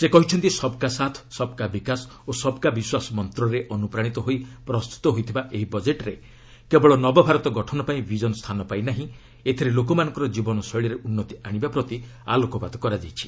ସେ କହିଛନ୍ତି ସବ୍କା ସାଥ୍ ସବ୍କା ବିକାଶ ଓ ସବ୍କା ବିଶ୍ୱାସ ମନ୍ତରେ ଅନୁପ୍ରାଣିତ ହୋଇ ପ୍ରସ୍ତୁତ ହୋଇଥିବା ଏହି ବଜେଟ୍ରେ କେବଳ ନବ ଭାରତ ଗଠନ ପାଇଁ ଭିଜନ ସ୍ଥାନ ପାଇ ନାହିଁ ଏଥିରେ ଲୋକମାନଙ୍କର ଜୀବନ ଶୈଳୀରେ ଉନ୍ନତି ଆଣିବା ପ୍ରତି ଆଲୋକପାତ କରାଯାଇଛି